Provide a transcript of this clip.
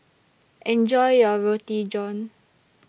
Enjoy your Roti John